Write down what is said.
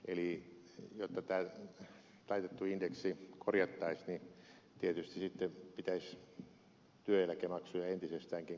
eli jotta tämä taitettu indeksi korjattaisiin tietysti sitten pitäisi työeläkemaksuja entisestäänkin korottaa